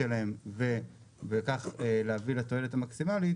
שלהם וכך להביא לתועלת המקסימלית,